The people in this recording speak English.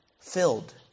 filled